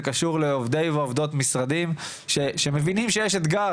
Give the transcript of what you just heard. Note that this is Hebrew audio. זה קשור לעובדי ועובדות משרדים שמבינים שיש אתגר,